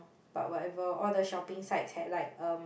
but whatever all the shopping sites had like um